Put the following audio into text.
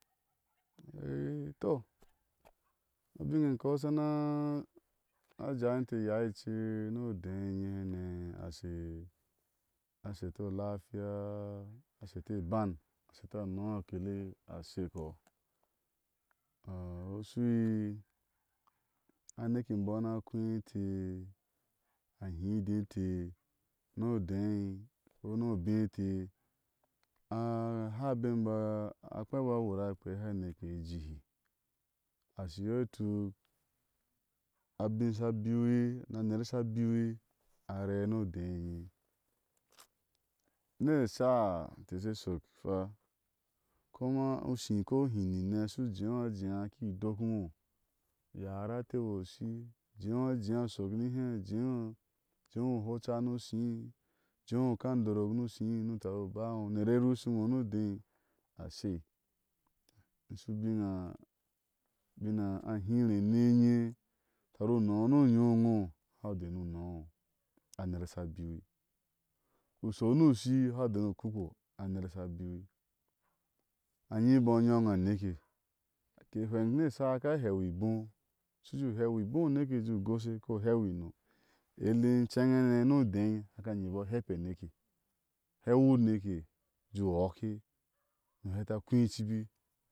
tɔ abin e kɔ sha na a jaiwi inte iyaa ece ni odé hane a shoa sheteo lafiya a a shete iban anɔɔ akele ashekɔ ime slin ni, a neke mbɔɔ ana kɔ inte iyaa ece ni ode hane a shoa shete lafiya a a shete iban anɔɔ akele ashekɔ ime sli ni. a neke mbɔɔ ana kɔ inte ni ode ko ni obé nite a aha bemi mbɔɔ a kpenɔɔ wur a kpea a neke ijii ahɔ iyɔ ituk abin sha abi wi, ni a ner sha abiwi aree ni ode hane ni e sha keshe shok fa koma ushii ushi u hin mine u shiu je ŋo a jeea ki doke iŋo u yaraa a teu o ushii ujeea a jeea ushɔk nihé jéu u hoca ni ushii u jeeu ka andorok ni ushii nio u tari ubaa iŋo uner e rushi ino ni udei a shei. a shu bin a, u bin a a hire eni inye u tari unɔɔ ni onyo ino u hanu ude ni u nɔɔ ino a ner shaabiwi ushiɔni ushii u hanu ude ni kukpa a ner sha a biwi. anyibɔɔ nyoŋ aneke. inte hweɔ ni esha aka hɛu iboo shu jeu heu iboo oneke u jeu u goshe kɔ u hɛu ino e le inceŋe hane a haka inyi imbɔɔ hepa aneke heu uneke u jer ɔɔke ni u heti a kui icbi